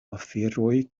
aferoj